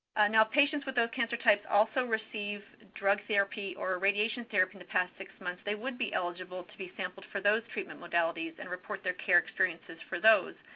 now, if patients with those cancer types also receive drug therapy or radiation therapy in the past six months, they would be eligible to be sampled for those treatment modalities and report their care experiences for those.